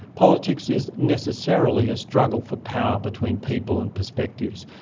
politics is necessarily a struggle for power between people and perspectives.